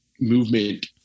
movement